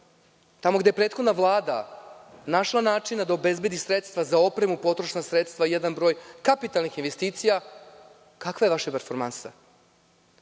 tamo gde je prethodna Vlada našla načina da obezbedi sredstva za opremu, potrošna sredstva, jedan broj kapitalnih investicija, kakva je vaša performansa?